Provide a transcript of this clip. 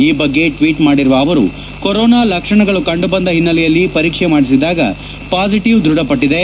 ಈ ಬಗ್ಗೆ ಟ್ಲೀಟ್ ಮಾಡಿರುವ ಅವರು ಕೊರೊನಾ ಲಕ್ಷಣಗಳು ಕಂಡುಬಂದ ಹಿನ್ನೆಲೆಯಲ್ಲಿ ಪರೀಕ್ಷೆ ಮಾಡಿಸಿದಾಗ ಪಾಸಿಟವ್ ದೃಢಪಟ್ಟಿದೆ